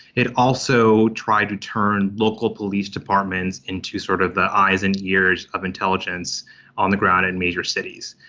it also tried to turn local police departments into sort of the eyes and ears of intelligence on the ground in major cities.